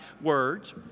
words